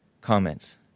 comments